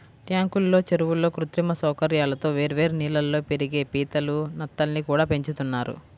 ట్యాంకుల్లో, చెరువుల్లో కృత్రిమ సౌకర్యాలతో వేర్వేరు నీళ్ళల్లో పెరిగే పీతలు, నత్తల్ని కూడా పెంచుతున్నారు